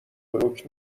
بروک